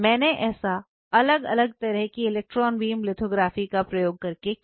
मैंने ऐसा अलग अलग तरह की इलेक्ट्रॉन बीम लिथोग्राफी का प्रयोग करके किया